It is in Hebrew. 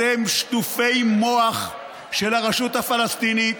אתם שטופי מוח של הרשות הפלסטינית,